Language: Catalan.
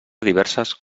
diverses